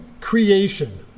creation